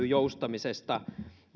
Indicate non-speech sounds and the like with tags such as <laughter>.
<unintelligible> joustamisesta